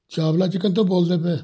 Chawla chicken ਤੋਂ ਬੋਲਦੇ ਪਏ